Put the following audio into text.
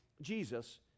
Jesus